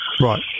right